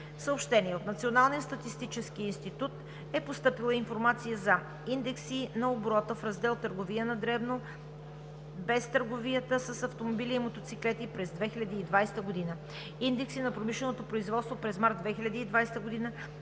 събрание. От Националния статистически институт е постъпила информация за индекси на оборота в раздел „Търговия на дребно, без търговията с автомобили и мотоциклети“ през 2020 г.; индекси на промишленото производство през март 2020 г.;